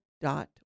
dot